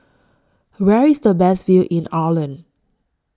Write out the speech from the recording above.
Where IS The Best View in Ireland